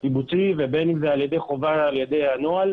קיבוצי ובין אם על ידי חובה על ידי הנוהל,